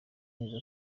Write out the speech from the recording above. neza